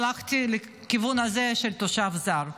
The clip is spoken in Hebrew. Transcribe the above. הלכתי לכיוון הזה של תושב זר.